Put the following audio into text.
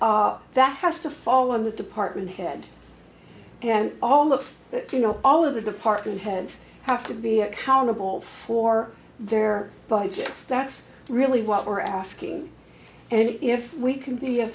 that has to fall in the department head and all of that you know all of the department heads have to be accountable for their budgets that's really what we're asking and if we can be